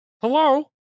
Hello